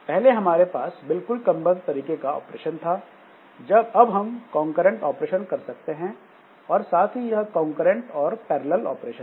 पहले हमारे पास बिल्कुल क्रमबद्ध तरीके का ऑपरेशन था अब हम कॉन्करेंट ऑपरेशन कर सकते हैं और साथ ही यह कॉन्करेंट और पैरलल ऑपरेशन हैं